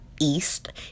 east